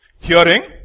hearing